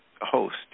host